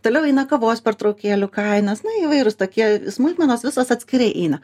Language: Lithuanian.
toliau eina kavos pertraukėlių kainos na įvairūs tokie smulkmenos visos atskirai eina